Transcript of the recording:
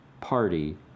party